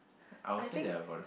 I think